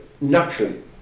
naturally